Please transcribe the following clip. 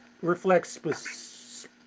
reflects